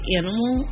animal